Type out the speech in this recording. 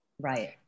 Right